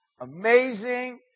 amazing